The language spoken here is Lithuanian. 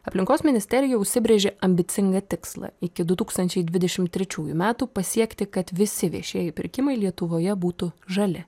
aplinkos ministerija užsibrėžė ambicingą tikslą iki du tūkstančiai dvidešimt trečiųjų metų pasiekti kad visi viešieji pirkimai lietuvoje būtų žali